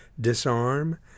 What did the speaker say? disarm